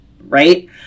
Right